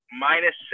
minus